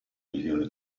milione